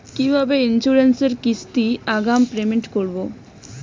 কিভাবে ইন্সুরেন্স এর কিস্তি আগাম পেমেন্ট করবো?